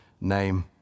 name